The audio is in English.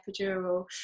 epidural